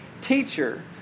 teacher